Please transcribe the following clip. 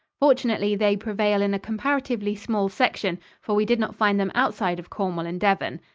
fortunately, they prevail in a comparatively small section, for we did not find them outside of cornwall and devon.